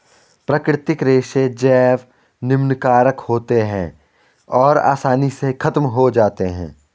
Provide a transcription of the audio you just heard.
प्राकृतिक रेशे जैव निम्नीकारक होते हैं और आसानी से ख़त्म हो जाते हैं